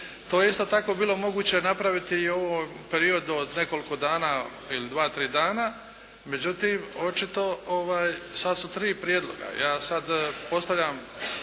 To je isto tako bilo moguće napraviti i ovo period od nekoliko dana ili dva, tri dana, međutim očito sad su tri prijedloga. Ja sad postavljam